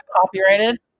Copyrighted